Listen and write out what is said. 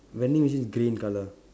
vending machine is grey in colour